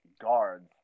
guards